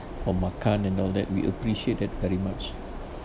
for makan and all that we appreciate that very much